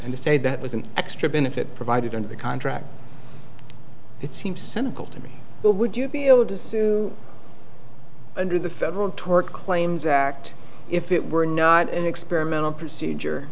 and to say that was an extra benefit provided under the contract it seems cynical to me but would you be able to sue under the federal tort claims act if it were not an experimental procedure